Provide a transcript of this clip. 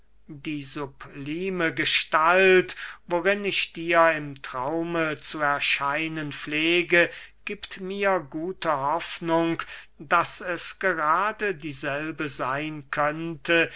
die sublime gestalt worin ich dir im traume zu erscheinen pflege giebt mir gute hoffnung daß es gerade dieselbe seyn könnte